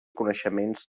coneixements